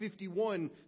51